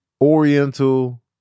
Oriental